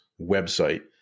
website